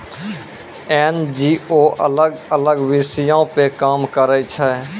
NGO अलग अलग विषयो पे काम करै छै